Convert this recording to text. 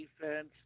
defense